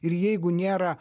ir jeigu nėra